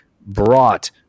brought